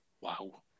Wow